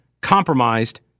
compromised